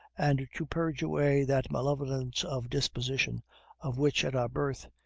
and to purge away that malevolence of disposition of which, at our birth,